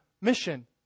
mission